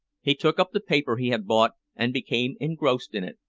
he took up the paper he had bought and became engrossed in it,